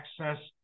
access